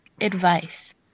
advice